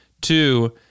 Two